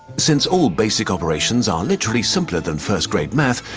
since all basic operations are literally simpler than first-grade math,